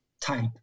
type